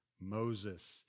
Moses